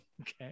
Okay